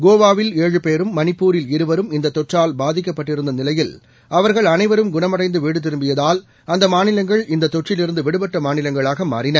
கோவாவில் பேரும்மணிப்பூரில்இருவரும்இந்ததொற்றால்பாதிக்கப்பட்டிருந்தநிலையில்அவர்கள்அனை வரும்குணமடைந்துவீடுதிரும்பியதால்அந்தமாநிலங்கள்இந்ததொற்றில்இருந்துவிடுபட்டமா நிலங்களாகமாறின